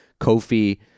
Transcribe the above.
Kofi